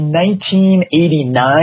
1989